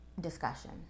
discussion